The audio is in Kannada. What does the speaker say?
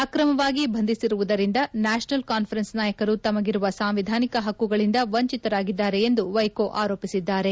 ಆಕ್ರಮವಾಗಿ ಬಂಧಿಸಿರುವುದರಿಂದ ನ್ಯಾಪನಲ್ ಕಾನ್ವರೆನ್ಸ್ ನಾಯಕರು ತಮಗಿರುವ ಸಾಂವಿಧಾನಿಕ ಹಕ್ಕುಗಳಿಂದ ವಂಚಿತರಾಗಿದ್ದಾರೆ ಎಂದು ವೈಕೋ ಆರೋಪಿಸಿದ್ದಾರೆ